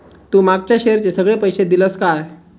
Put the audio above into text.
तू मागच्या शेअरचे सगळे पैशे दिलंस काय?